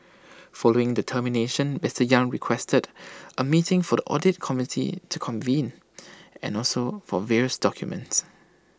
following the termination Mister yang requested A meeting for the audit committee to convened and also for various documents